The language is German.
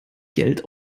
geld